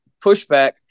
pushback